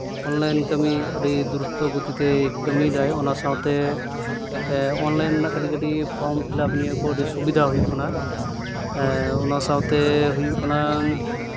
online ᱠᱟᱹᱢᱤ ᱟᱹᱰᱤ ᱫᱨᱩᱛᱚ ᱜᱚᱛᱤ ᱛᱮ ᱠᱟᱹᱢᱤᱭ ᱫᱟᱭ ᱚᱱᱟ ᱥᱟᱶᱛᱮ ᱚᱱᱞᱟᱭᱤᱱ ᱨᱮᱱᱟᱜ ᱠᱟᱹᱴᱤᱡ ᱠᱟᱹᱴᱤᱡ ᱯᱷᱨᱚᱢ ᱯᱷᱤᱞᱟᱯ ᱱᱤᱭᱟᱹ ᱠᱚ ᱟᱹᱰᱤ ᱥᱩᱵᱤᱫᱷᱟ ᱦᱩᱭᱩᱜ ᱠᱟᱱᱟ ᱚᱱᱟ ᱥᱟᱶᱛᱮ ᱦᱩᱭᱩᱜ ᱠᱟᱱᱟ